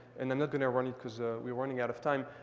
and i'm not going to run it because we're running out of time,